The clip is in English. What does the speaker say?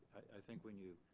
i think when you.